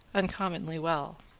uncommonly well.